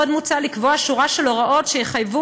עוד מוצע לקבוע שורה של הוראות שיחייבו